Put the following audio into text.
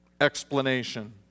explanation